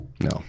no